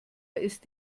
ist